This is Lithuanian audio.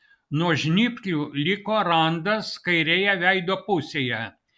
nuo žnyplių liko randas kairėje veido pusėje